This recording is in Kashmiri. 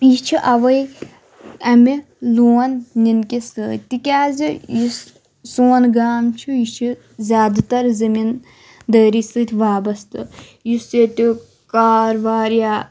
یہِ چھِ اَوے اَمہِ لون نِن کِہ سۭتۍ تِکیٛازِ یُس سون گام چھُ یہِ چھِ زیادٕ تَر زٔمیٖندٲری سۭتۍ وابسطہٕ یُس ییٚتیُک کار وار یا